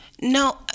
No